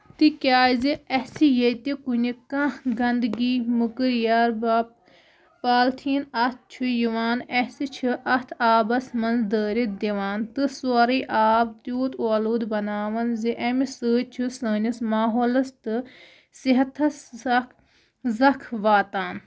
تِکیازِ اَسہِ ییٚتہِ کُنہِ کانہہ گندگی مۄکٔرِیار باب پالتھِیٖن اَتھٕ چھُ یِوان اَسہِ چھِ اَتھ آبَس منٛز دٲرِتھ دِوان تہٕ سورُے آب تیوٗت ٲلوٗدٕ بَناوان زِ اَمہِ سۭتۍ چھُ سٲنِس ماحولَس تہٕ صحتَس سَخ زَکھ واتان